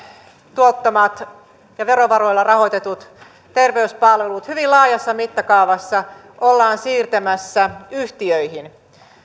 tuottamat ja verovaroilla rahoitetut terveyspalvelut hyvin laajassa mittakaavassa ollaan siirtämässä yhtiöihin